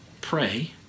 pray